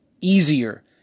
easier